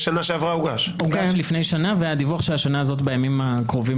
הוגש לפני שנה והדיווח של השנה הזאת בימים הקרובים,